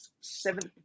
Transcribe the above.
seventh